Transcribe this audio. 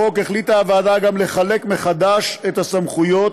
הוועדה החליטה לחלק מחדש בהצעת החוק את הסמכויות